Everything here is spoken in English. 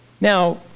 Now